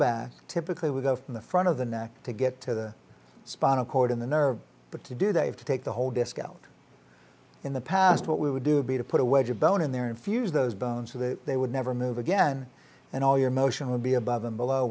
back typically we go from the front of the neck to get to the spinal cord in the nerve but to do that have to take the whole disk out in the past what we would do would be to put a wedge a bone in there and fuse those bones to the they would never move again and all your motion would be above and below